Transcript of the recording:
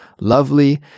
lovely